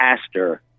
pastor